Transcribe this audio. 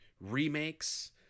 remakes